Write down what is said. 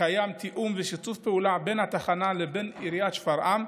לכך יש תיאום ושיתוף פעולה בין התחנה לבין עיריית שפרעם,